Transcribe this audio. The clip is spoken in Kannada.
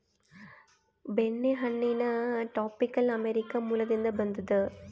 ಬೆಣ್ಣೆಹಣ್ಣಿನ ಟಾಪಿಕಲ್ ಅಮೇರಿಕ ಮೂಲದಿಂದ ಬಂದದ